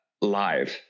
live